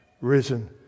risen